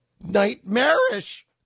nightmarish